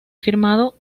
firmado